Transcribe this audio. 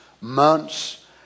months